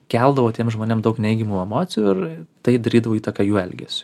keldavo tiem žmonėm daug neigiamų emocijų ir tai darydavo įtaką jų elgesiui